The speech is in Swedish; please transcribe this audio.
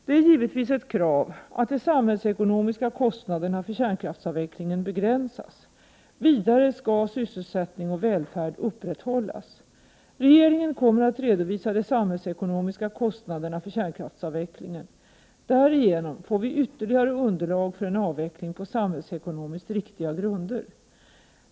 Det är givetvis ett krav att de samhällsekonomiska kostnaderna för kärnkraftsavvecklingen begränsas. Vidare skall sysselsättning och välfärd upprätthållas. Regeringen kommer att redovisa de samhällsekonomiska kostnaderna för kärnkraftsavvecklingen. Därigenom får vi ytterligare underlag för en avveckling på samhällsekonomiskt riktiga grunder.